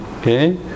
Okay